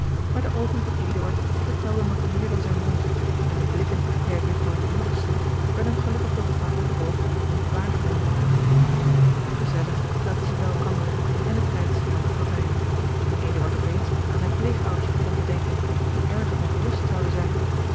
maar de oogen van eduard vertelden nog meer dan zijn mond en de blikken die hij op jufvrouw louise sloeg werden gelukkig door het vaderlijk oog niet waargenomen gezellig zaten zij bij elkander en de tijd snelde voorbij toen eduard op eens aan zijne pleegonders begon te denken die erg ongerust zouden zijn